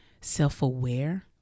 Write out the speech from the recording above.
self-aware